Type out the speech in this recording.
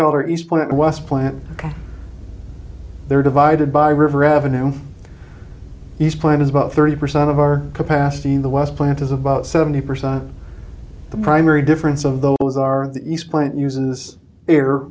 called her east point west plant they're divided by river avenue these plant is about thirty percent of our capacity in the west plant is about seventy percent of the primary difference of those are the east plant uses